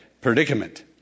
predicament